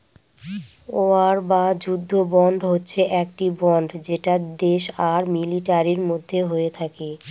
war বা যুদ্ধ bond হচ্ছে একটি বন্ড যেটা দেশ আর মিলিটারির মধ্যে হয়ে থাকে